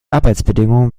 arbeitsbedingungen